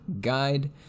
guide